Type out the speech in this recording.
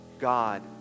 God